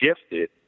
gifted